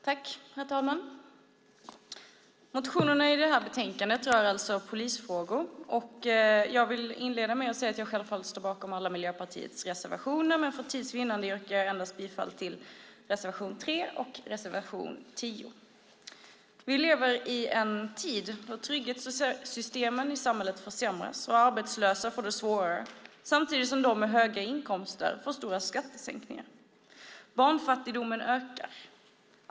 Herr talman! Motionerna i det här betänkandet rör alltså polisfrågor. Jag vill inleda med att säga att jag självfallet står bakom alla Miljöpartiets reservationer, men för tids vinnande yrkar jag bifall endast till reservation 3 och reservation 10. Vi lever i en tid då trygghetssystemen i samhället försämras och arbetslösa får det svårare samtidigt som de med höga inkomster får stora skattesänkningar. Barnfattigdomen ökar.